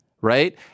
Right